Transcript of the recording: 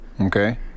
okay